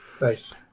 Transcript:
Nice